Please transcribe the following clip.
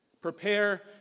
prepare